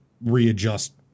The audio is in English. Readjust